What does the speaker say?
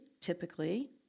typically